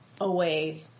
away